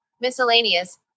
miscellaneous